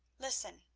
listen,